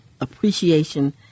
appreciation